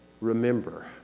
Remember